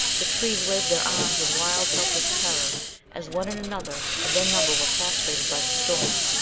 the trees waved their arms in wild, helpless terror as one and another of their number were prostrated by the storm,